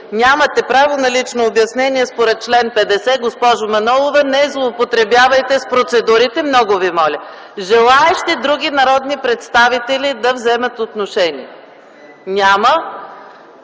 Нямате право на лично обяснение според чл. 50, госпожо Манолова. Не злоупотребявайте с процедурите, много Ви моля! Други народни представители, желаещи да вземат отношение? Няма.